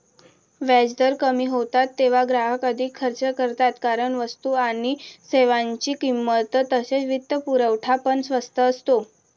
व्याजदर कमी होतात तेव्हा ग्राहक अधिक खर्च करतात कारण वस्तू आणि सेवांची किंमत तसेच वित्तपुरवठा पण स्वस्त असतो